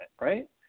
right